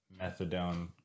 methadone